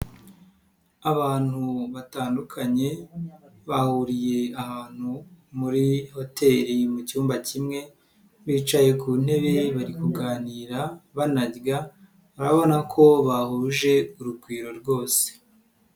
Abantu batandukanye bahuriye ahantu muri hoteri mu cyumba kimwe bicaye ku ntebe bari kuganira banarya urabona ko bahuje urugwiro rwose.